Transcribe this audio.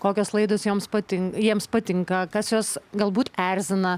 kokios laidos joms patinka jiems patinka kas juos galbūt erzina